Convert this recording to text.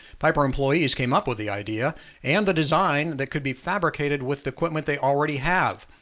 piper employees came up with the idea and the design that could be fabricated with the equipment they already have.